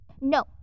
No